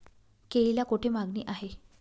केळीला कोठे मागणी आहे?